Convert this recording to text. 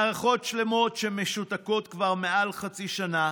מערכות שלמות משותקות כבר למעלה מחצי שנה